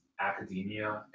academia